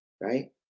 right